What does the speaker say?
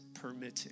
permitting